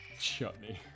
Chutney